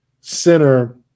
center